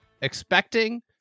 expecting